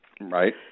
Right